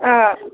अँ